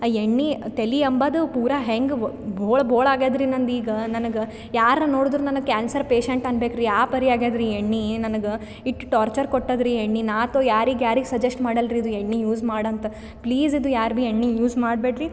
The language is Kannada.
ಆ ಎಣ್ಣೆ ತಲಿ ಅಂಬೋದ್ ಪೂರಾ ಹೆಂಗೆ ಬೋಳ್ ಬೋಳು ಆಗ್ಯಾದ್ರಿ ನಂದು ಈಗ ನನಗೆ ಯಾರನ್ನು ನೋಡಿದ್ರೂ ನನಗೆ ಕ್ಯಾನ್ಸರ್ ಪೇಶೆಂಟ್ ಆನ್ನಬೇಕ್ರಿ ಆ ಪರಿ ಆಗ್ಯಾದ್ರಿ ಈ ಎಣ್ಣೆ ನನಗೆ ಇಷ್ಟ್ ಟಾರ್ಚರ್ ಕೊಟ್ಟದ್ರಿ ಎಣ್ಣೆ ನಾತು ಯಾರಿಗೆ ಯಾರಿಗೆ ಸಜೆಸ್ಟ್ ಮಾಡಲ್ರಿ ಇದು ಎಣ್ಣೆ ಯೂಸ್ ಮಾಡಂಥ ಪ್ಲೀಸ್ ಇದು ಯಾರು ಬಿ ಎಣ್ಣೆ ಯೂಸ್ ಮಾಡಬೇಡ್ರಿ